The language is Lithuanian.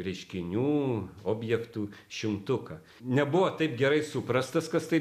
reiškinių objektų šimtuką nebuvo taip gerai suprastas kas tai